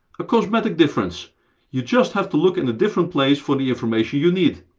ah cosmetic difference you just have to look in a different place for the information you need.